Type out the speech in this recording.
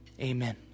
amen